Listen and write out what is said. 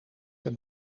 een